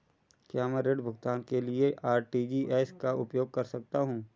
क्या मैं ऋण भुगतान के लिए आर.टी.जी.एस का उपयोग कर सकता हूँ?